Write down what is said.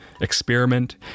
experiment